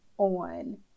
on